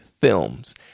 films